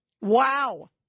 Wow